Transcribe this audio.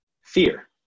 Fear